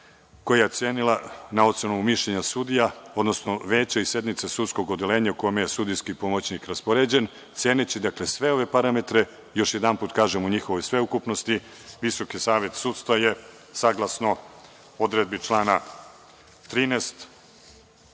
koju je ocenila na osnovu mišljenja sudija, odnosno veća i sednica sudskog odeljenja u kome je sudijski pomoćnik raspoređen. Ceneći, dakle, sve ove parametre, još jedanput kažem, u njihovoj sveukupnosti, saglasno odredbi člana 13.